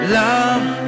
love